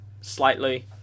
slightly